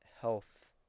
health